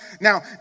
Now